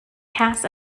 cast